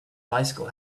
bicycle